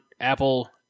Apple